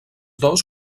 dos